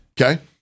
Okay